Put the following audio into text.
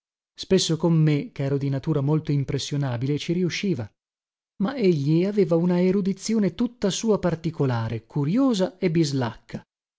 spesso con me chero di natura molto impressionabile ci riusciva ma egli aveva una erudizione tutta sua particolare curiosa e bislacca